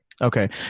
okay